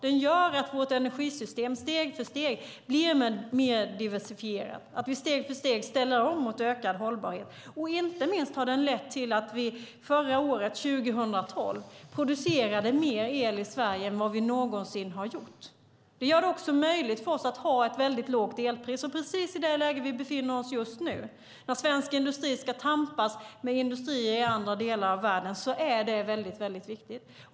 Den gör att vårt energisystem steg för steg blir mer diversifierat, att vi steg för steg ställer om mot ökad hållbarhet. Den har inte minst lett till att vi förra året, 2012, producerade mer el i Sverige än vad vi någonsin har gjort. Det gör det också möjligt för oss att ha ett mycket lågt elpris. Precis i det läge vi befinner oss just nu, när svensk industri ska tampas med industrier i andra delar av världen, är det mycket viktigt.